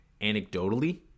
anecdotally